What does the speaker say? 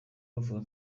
avuga